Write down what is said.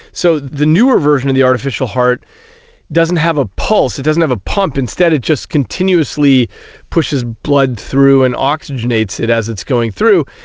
so the newer version of the artificial heart doesn't have a pulse, it doesn't have a pump, instead it just continuously pushes blood through and oxygenates it as it's going through.